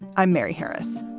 i'm mary harris.